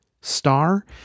Star